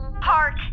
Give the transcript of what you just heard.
Park